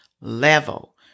level